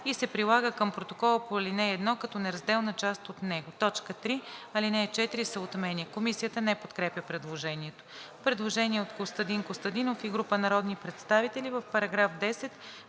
и се прилага към протокола по ал. 1 като неразделна част от него.“ 3. Алинея 4 се отменя.“ Комисията не подкрепя предложението. Предложение от Костадин Костадинов и група народни представители: „В § 10